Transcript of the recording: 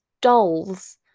dolls